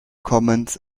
commons